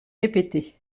répété